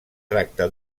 tracta